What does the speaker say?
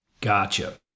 Gotcha